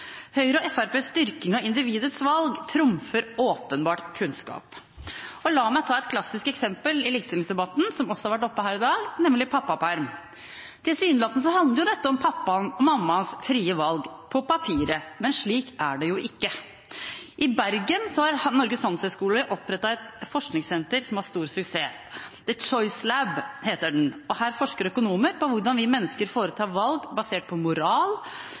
Høyre og Fremskrittspartiets dyrking av individets valg trumfer åpenbart kunnskap. La meg ta et klassisk eksempel i likestillingsdebatten, som også har vært oppe her i dag, nemlig pappaperm. Tilsynelatende handler jo dette om pappaens og mammaens frie valg – på papiret. Men slik er det jo ikke. I Bergen har Norges Handelshøyskole opprettet et forskningssenter som har stor suksess. The Choice Lab, heter det, og her forsker økonomer på hvordan vi mennesker foretar valg basert på moral,